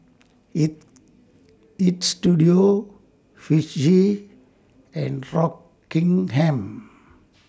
Istudio Fujitsu and Rockingham